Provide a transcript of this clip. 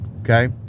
Okay